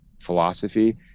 philosophy